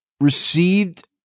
received